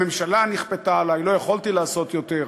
הממשלה נכפתה עלי, לא יכולתי לעשות יותר.